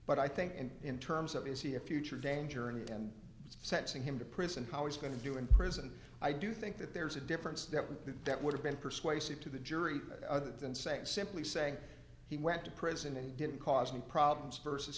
but i think and in terms of is he a future danger in the end sensing him to prison how he's going to do in prison i do think that there's a difference that would be that would have been persuasive to the jury other than saying simply saying he went to prison and didn't cause any problems versus